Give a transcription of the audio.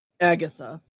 Agatha